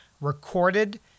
recorded